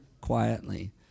quietly